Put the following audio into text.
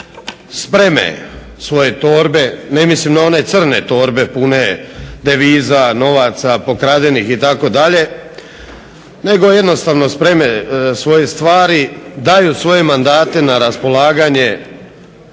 spreme svoje torbe, ne mislim na one crne torbe pune deviza, novaca pokradenih itd. nego jednostavno spreme svoje stvari, daju svoje mandate na raspolaganje